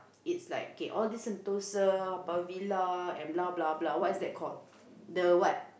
it's like kay all this Sentosa Haw-Par-Villa and blah blah blah what is that call the what